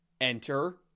Enter